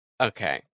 Okay